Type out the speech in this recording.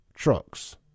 Trucks